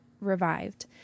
revived